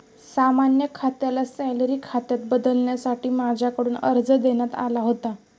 सामान्य खात्याला सॅलरी खात्यात बदलण्यासाठी माझ्याकडून अर्ज देण्यात आला होता